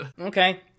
Okay